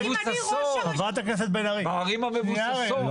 אם אני ראש הרשות --- בערים המבוססות.